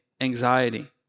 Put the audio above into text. anxiety